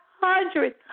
hundreds